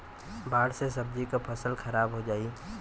बाढ़ से सब्जी क फसल खराब हो जाई